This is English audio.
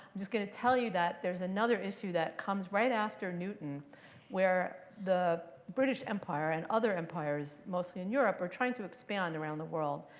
just going to tell you that there's another issue that comes right after newton where the british empire, and other empires mostly in europe, europe, are trying to expand around the world.